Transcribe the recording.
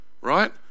right